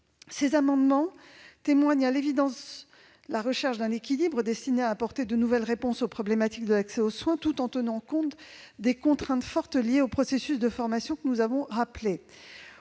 Ces amendements témoignent à l'évidence de la volonté de trouver un équilibre destiné à apporter de nouvelles réponses aux problématiques de l'accès aux soins, tout en tenant compte des contraintes fortes liées au processus de formation que nous avons rappelées,